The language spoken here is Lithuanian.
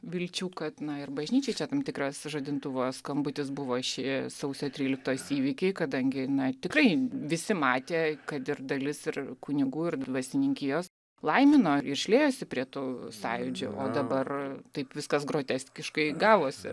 vilčių kad ir bažnyčiai čia tam tikras žadintuvo skambutis buvo šie sausio tryliktos įvykiai kadangi na tikrai visi matė kad ir dalis ir kunigų ir dvasininkijos laimino ir šliejosi prie to sąjūdžio o dabar taip viskas groteskiškai gavosi